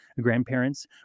grandparents